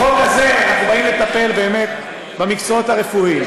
בחוק הזה אנחנו באים לטפל באמת במקצועות הרפואיים.